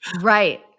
Right